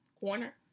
corner